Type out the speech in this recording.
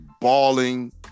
balling